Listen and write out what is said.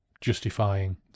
justifying